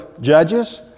Judges